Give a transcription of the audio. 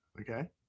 Okay